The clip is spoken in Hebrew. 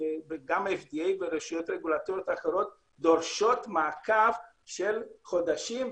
גם ה-FDA ורשויות רגולטוריות אחרות דורשות מעקב של חודשים,